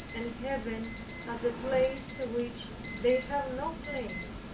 and heaven as a place to which they have no claim.